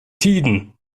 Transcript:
tiden